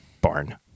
barn